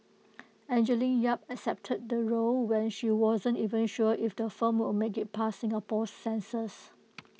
Angeline yap accepted the role when she wasn't even sure if the film will make IT past Singapore's censors